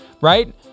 right